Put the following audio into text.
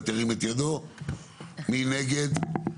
מי נגד?